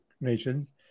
nations